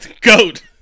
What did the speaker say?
Goat